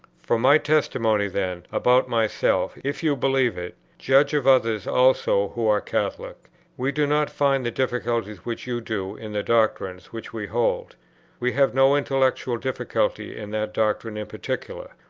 from my testimony then about myself, if you believe it, judge of others also who are catholics we do not find the difficulties which you do in the doctrines which we hold we have no intellectual difficulty in that doctrine in particular,